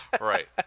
Right